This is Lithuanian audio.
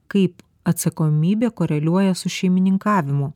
kaip atsakomybė koreliuoja su šeimininkavimu